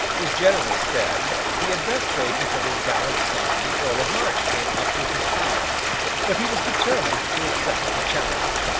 his generals said, he had best wait until his gallant son, the earl of march, came up with his power but, he was determined to accept the challenge.